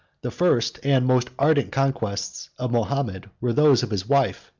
the first and most arduous conquests of mahomet were those of his wife,